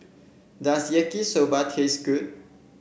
does Yaki Soba taste good